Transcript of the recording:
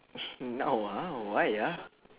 now ah why ah